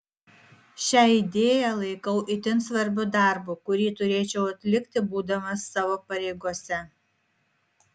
šią idėją laikau itin svarbiu darbu kurį turėčiau atlikti būdamas savo pareigose